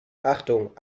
achtung